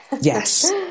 Yes